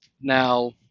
Now